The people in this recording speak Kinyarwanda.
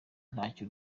ntacyo